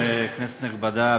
כנסת נכבדה,